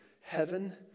heaven